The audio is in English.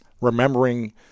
remembering